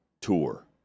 tour